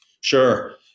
Sure